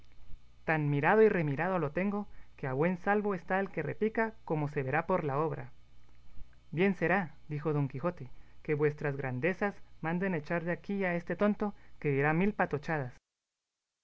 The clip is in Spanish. tan mirado y remirado lo tengo que a buen salvo está el que repica como se verá por la obra bien será dijo don quijote que vuestras grandezas manden echar de aquí a este tonto que dirá mil patochadas